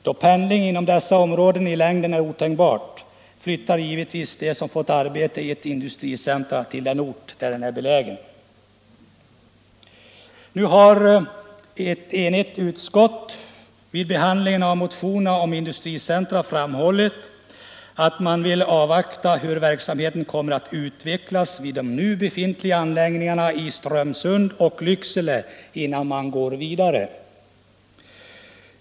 Då pendling inom dessa områden i längden är otänkbar, flyttar givetvis de som fått arbete i ett industricentrum till den ort där detta är beläget. Nu har ett enigt utskott vid behandlingen av motionerna om industricentra framhållit att man vill avvakta hur verksamheten kommer att utvecklas i de nu befintliga anläggningarna i Strömsund och Lycksele innan man går vidare.